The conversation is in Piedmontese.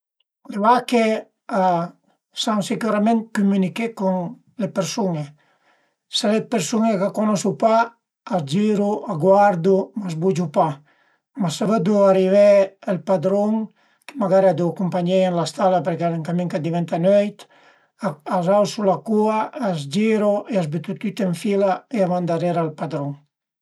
Le vache a san sicürament cumüniché cun le persun-e. S'al e d'persun-e ch'a cunosu pa a giru, a guardu, a s'bugiu pa, ma s'a vëddu arivé ël padrun chë magari a deu cumpagnieie ën la stala përché al e ën camin ch'a diventa nöit, a ausu la cua, a s'giru e a s'bütu tüte ën fila e a van darera al padrun